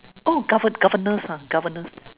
govern governess governess